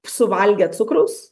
suvalgę cukraus